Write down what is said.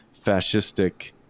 fascistic